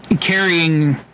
carrying